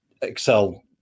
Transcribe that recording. Excel